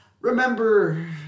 Remember